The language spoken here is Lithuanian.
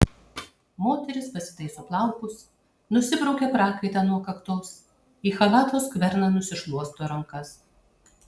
moteris pasitaiso plaukus nusibraukia prakaitą nuo kaktos į chalato skverną nusišluosto rankas